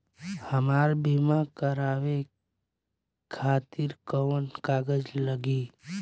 हमरा बीमा करावे खातिर कोवन कागज लागी?